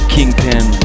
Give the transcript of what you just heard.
Kingpin